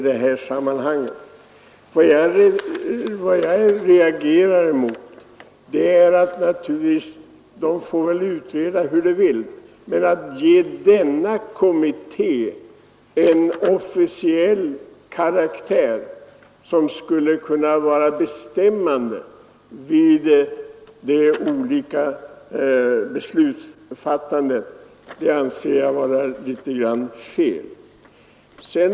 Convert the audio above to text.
Den får naturligtvis utreda hur den vill, men att ge denna kommitté en officiell karaktär som skulle kunna vara bestämmande vid beslutsfattandet det anser jag vara fel.